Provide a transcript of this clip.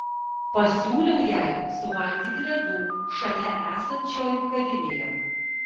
pasiūliau jai suvalgyti ledų šalia esančioj kavinėje